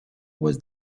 was